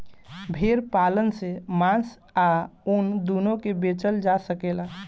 भेड़ पालन से मांस आ ऊन दूनो के बेचल जा सकेला